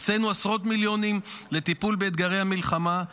הקצינו עשרות מיליונים לטיפול באתגרי המלחמה,